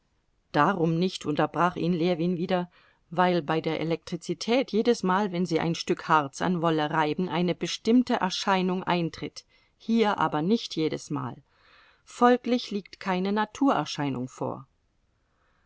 darum nicht unterbrach ihn ljewin wieder weil bei der elektrizität jedesmal wenn sie ein stück harz an wolle reiben eine bestimmte erscheinung eintritt hier aber nicht jedesmal folglich liegt keine naturerscheinung vor